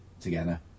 together